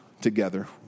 together